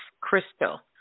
crystal